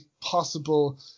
possible